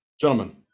Gentlemen